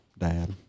dad